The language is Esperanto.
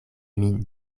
min